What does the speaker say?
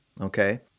okay